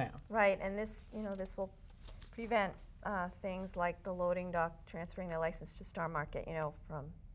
now right and this you know this will prevent things like the loading dock transferring the license to star market you know